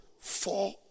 four